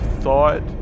thought